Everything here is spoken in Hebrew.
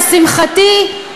לשמחתי,